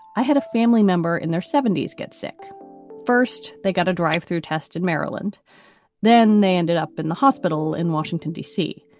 i had a family member in their seventy s get sick first they got a drive thru test in maryland then they ended up in the hospital in washington, d c.